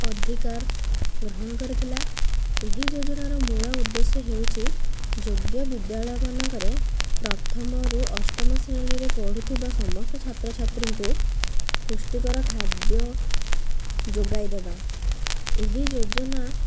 ଅଧିକାର ଗ୍ରହଣ କରିଥିଲା ଏହି ଯୋଜନାର ମୂଳ ଉଦ୍ଦେଶ୍ୟ ହେଉଛି ଯୋଗ୍ୟ ବିଦ୍ୟାଳୟମାନଙ୍କରେ ପ୍ରଥମରୁ ଅଷ୍ଟମ ଶ୍ରେଣୀରେ ପଢ଼ୁଥିବା ସମସ୍ତ ଛାତ୍ରଛାତ୍ରୀଙ୍କୁ ପୃଷ୍ଟିକର ଖାଦ୍ୟ ଯୋଗାଇ ଦେବା ଏହି ଯୋଜନା